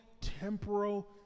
temporal